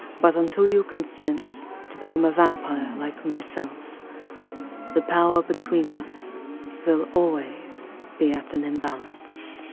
but until you consent, to become a vampire like myself the power between us will always be at an imbalance.